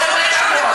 בעניינים,